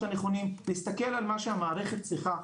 הנכונים להסתכל על מה שהמערכת צריכה,